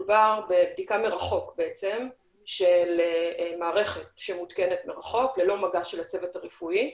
מדובר בבדיקה מרחוק של מערכת שמותקנת מרחוק ללא מגע הצוות הרפואי,